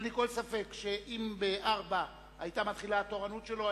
אין לי כל ספק שאם ב-16:00 היתה מתחילה התורנות שלו,